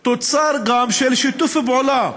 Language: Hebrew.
גם תוצר של שיתוף פעולה